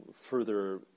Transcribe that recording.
further